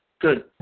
Good